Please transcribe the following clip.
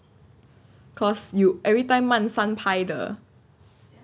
cause you everytime 慢三拍的